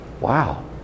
Wow